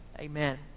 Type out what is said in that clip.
Amen